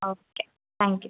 okay thank you